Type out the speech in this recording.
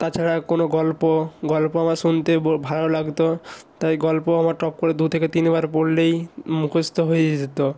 তাছাড়া কোনো গল্প গল্প আমার শুনতে ভালো লাগত তাই গল্পও আমার টপ করে দু থেকে তিনবার পড়লেই মুখস্ত হয়ে যেত